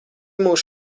mūs